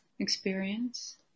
Experience